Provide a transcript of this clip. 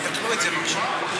תקנו את זה בבקשה.